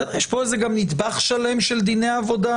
בסדר, יש פה איזה גם נדבך שלם של דיני עבודה.